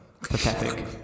Pathetic